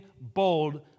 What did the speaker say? bold